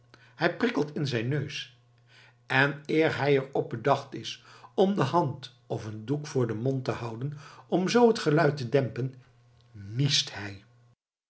hij niet het prikkelt in zijn neus en eer hij er op bedacht is om de hand of een doek voor den mond te houden om zoo het geluid te dempen niest hij